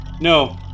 No